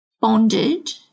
bonded